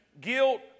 guilt